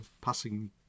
passing